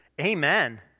Amen